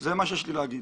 תודה.